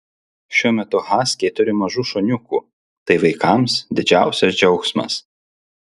šiuo metu haskiai turi mažų šuniukų tai vaikams didžiausias džiaugsmas